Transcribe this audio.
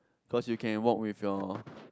cause you can walk with your